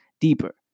deeper